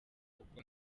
kuko